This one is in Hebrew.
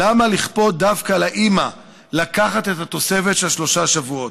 למה לכפות דווקא על האימא לקחת את התוספת של שלושה שבועות?